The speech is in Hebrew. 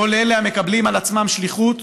כל אלה המקבלים על עצמם שליחות,